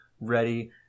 ready